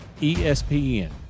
espn